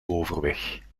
overweg